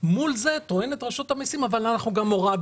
מול זה טוענת רשות המסים שהם גם הורידו.